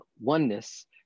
oneness